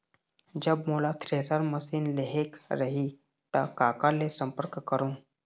जब मोला thresher machine लेहेक रही ता काकर ले संपर्क करों?